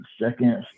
second